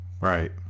Right